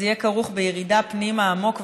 זה יהיה כרוך בירידה פנימה עמוק,